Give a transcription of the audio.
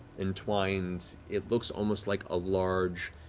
entwined, it looks almost like a large,